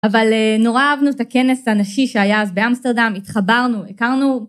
אבל נורא אהבנו את הכנס הנשי שהיה אז באמסטרדם, התחברנו, הכרנו.